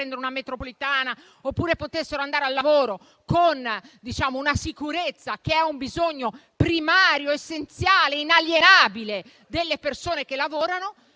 una metropolitana, oppure che potessero andare al lavoro in sicurezza, che è un bisogno primario, essenziale e inalienabile delle persone che lavorano.